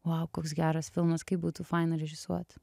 vau koks geras filmas kaip būtų faina režisuot